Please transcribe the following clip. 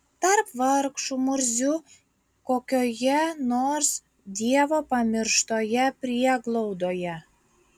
tarp vargšų murzių kokioje nors dievo pamirštoje prieglaudoje